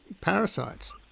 parasites